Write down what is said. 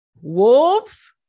Wolves